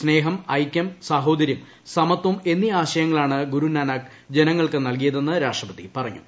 സ്നേഹം ഐക്യം സാഹോദര്യം സമത്വം എന്നീ ആശയങ്ങളാണ് ഗുരുനാനാക്ക് ജനങ്ങൾക്ക് നൽകിയതെന്ന് രാഷ്ട്രപതി പറഞ്ഞു